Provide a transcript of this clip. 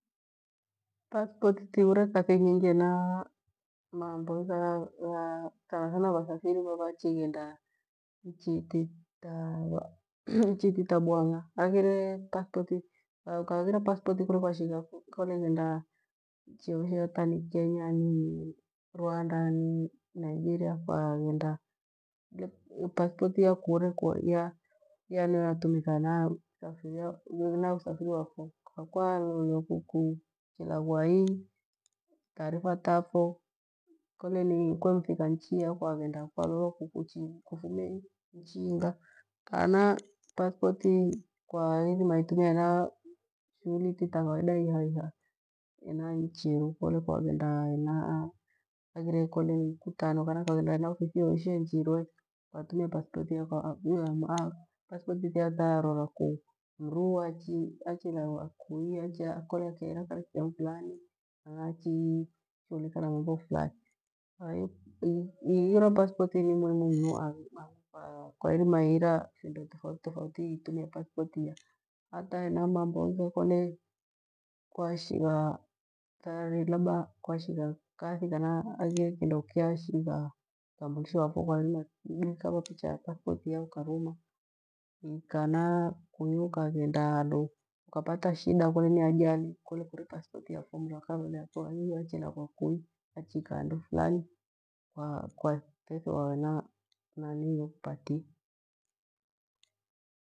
Pathpoti tiure kathi nyingihena mambo igha ghaa thanathana wathafili iva wachighenda nchi ti ta bwang'a maghire pathpoti ukasashigha kole ighenda nchi yoyote hata ni kenya ni nigeria kwa ghenda, pathpoti iya kuura ya niyo yatumika hena uthafiri. Wafo kwa kwalolewa ku kuchilagwa ii taarifa tafokole ni kwemfika inchi iya taghenda tarora ku kufumirie inchi inga ikana pathpoti kwairima itumia hena shughuri ititakawaida hena inchi yeru kole kwaghenda hena haghire kole mikutano kana kwaghenda hena ofithiyoyoshe njirwe kwatumia pathpoti iya pathpoti tiya tarora ku mru anchiilagwa kui akya kole akya hira kathifurani achi shughurika na mambo firani bathi, ighira pathpoti ni muhimu mnu angu kwa irima ighira findo tofauti tofauti itumia pathpoti tiya hata hena mambo mengi kole kwa shigha thari labda kwashigha kathi kana haghre kindo kyashigha utamburisho wafo kwairima du ikava picha pathpoti iya akuruma kana kuyo ukaghenda handu ukapata shida kole ni ajali kole kuletero pathpoti yafo mru akavone iu achiragwa kui achika handu frani kwatethewa henna nani yo kupatie.